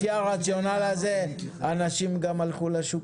לפי הרציונאל הזה אנשים גם הלכו לשוק